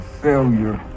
failure